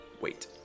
wait